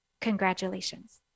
Congratulations